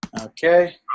Okay